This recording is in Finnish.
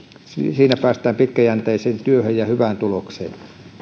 siinä päästään pitkäjänteiseen työhön ja hyvään tulokseen